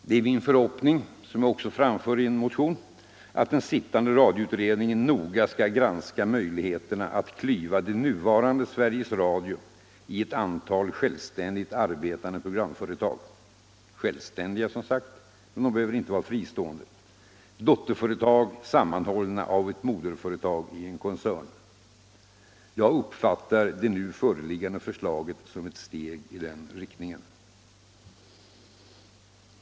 Det är min förhoppning, som jag också framfört i en motion, att den sittande radioutredningen noga skall granska möjligheterna att klyva det nuvarande Sveriges Radio i ett antal självständigt arbetande programföretag, självständiga dotterföretag —- men de behöver, som sagt, inte vara fristående — sammanhållna av ett moderföretag i en koncern. Jag uppfattar det nu föreliggande förslaget som ett steg i denna riktning.